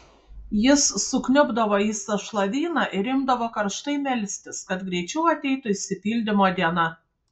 jis sukniubdavo į sąšlavyną ir imdavo karštai melstis kad greičiau ateitų išsipildymo diena